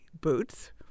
boots